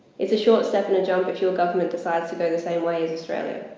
it's a short step and a jump if your government decides to go the same way as australia.